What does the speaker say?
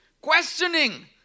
Questioning